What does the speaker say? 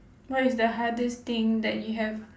what is the hardest thing that you have